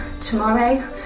tomorrow